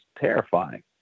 terrifying